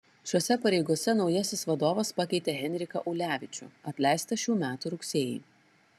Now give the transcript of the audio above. šiose pareigose naujasis vadovas pakeitė henriką ulevičių atleistą šių metų rugsėjį